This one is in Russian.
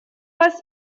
вас